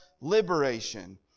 liberation